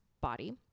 body